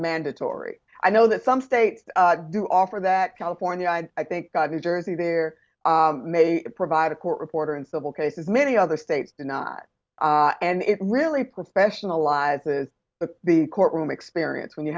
mandatory i know that some states do offer that california i think got new jersey there may provide a court reporter and civil case as many other states are not and it really professionalize is the courtroom experience when you